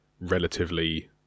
relatively